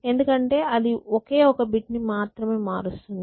ఎందుకంటే అది ఒకే ఒక బిట్ ని మాత్రమే మారుస్తుంది